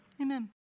amen